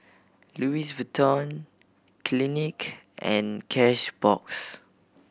Louis Vuitton Clinique and Cashbox